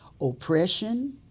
oppression